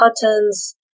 patterns